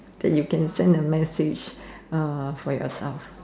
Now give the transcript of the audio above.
that you can send a message for yourself